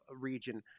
region